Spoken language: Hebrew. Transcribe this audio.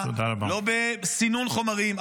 לא בסינון חומרים,